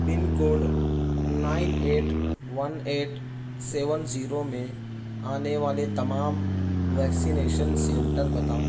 پن code nine eight one eight seven zero میں آنے والے تمام ویکسینیشن سینٹر بتاؤ